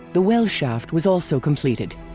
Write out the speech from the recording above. the well shaft was also completed.